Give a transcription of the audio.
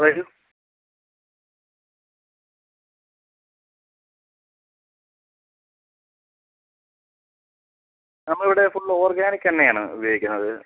വരൂ നമ്മളിവിടെ full organic എണ്ണയാണ് ഉപയോഗിക്കുന്നത്